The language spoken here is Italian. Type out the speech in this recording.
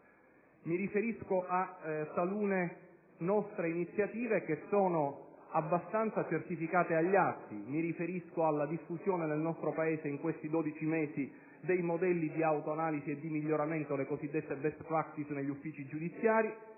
Mi riferisco a talune nostre iniziative che sono abbastanza certificate agli atti, ad esempio alla diffusione nel nostro Paese, in questi dodici mesi, dei modelli di autoanalisi e di miglioramento (le cosiddette *best practices*) negli uffici giudiziari.